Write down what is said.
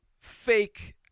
fake